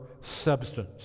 substance